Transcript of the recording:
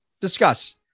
Discuss